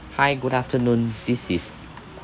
hi good afternoon this is